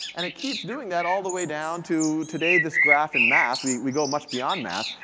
and it keeps doing that all the way down to today this graph in math, we we go much beyond math,